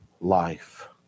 life